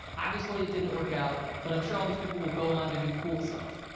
obviously it didn't work out. but i'm sure all these people will go on to do cool stuff.